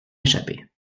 échapper